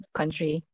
country